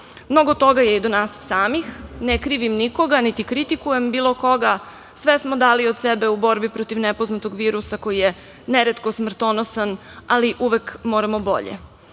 manji. Mnogo toga je i do nas samih, ne krivim nikoga, niti kritikujem bilo koga, sve smo dali u sebi u borbi protiv nepoznatog virusa koji je neretko smrtonosan, ali uvek moramo bolje. Iza